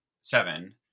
seven